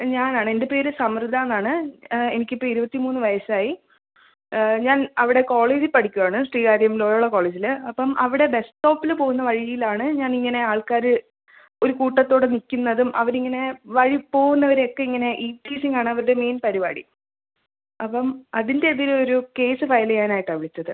ഞാനാണ് എൻ്റെ പേര് സംവൃത എന്നാണ് എനിക്ക് ഇരുപത്തി മൂന്ന് വയസ്സായി ഞാൻ അവിടെ കോളേജിൽ പഠിക്കുകയാണ് ശ്രീകാര്യം ലോയുള്ള കോളേജിൽ അപ്പം അവിടെ ബസ് സ്റ്റോപ്പിൽ പോവുന്ന വഴിയിലാണ് ഞാനിങ്ങനെ ആൾക്കാർ ഒരു കൂട്ടത്തോടെ നിൽക്കുന്നതും അവരിങ്ങനെ വഴി പോകുന്നവരെ ഒക്കെ ഇങ്ങനെ ഈവ് ടീസിംഗ് ആണ് അവരുടെ മെയിൻ പരിപാടി അപ്പം അതിൻ്റെ ഇതിലൊരു കേസ് ഫയൽ ചെയ്യാനായിട്ടാ വിളിച്ചത്